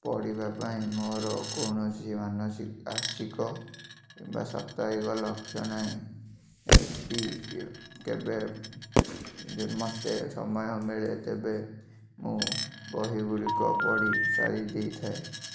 ପଢ଼ିବା ପାଇଁ ମୋର କୌଣସି ମାନସି ମାସିକ କିମ୍ବା ସାପ୍ତାହିକ ଲକ୍ଷ୍ୟ ନାହିଁ ଯଦି କେବେ ମୋତେ ସମୟ ମିଳେ ତେବେ ମୁଁ ବହିଗୁଡ଼ିକ ପଢ଼ି ସାରି ଦେଇଥାଏ